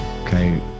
Okay